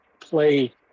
play